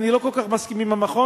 אני לא כל כך מסכים עם המכון,